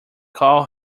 call